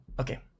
Okay